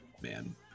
man